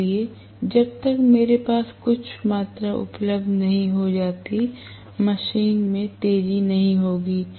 इसलिए जब तक मेरे पास कुछ मात्रा उपलब्ध नहीं हो जाती मशीन में तेजी नहीं होगी